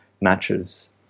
matches